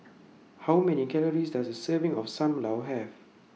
How Many Calories Does A Serving of SAM Lau Have